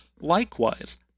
Likewise